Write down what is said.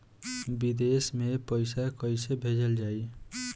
विदेश में पईसा कैसे भेजल जाई?